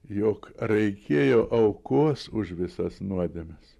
jog reikėjo aukos už visas nuodėmes